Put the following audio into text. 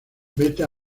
vete